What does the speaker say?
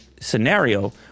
scenario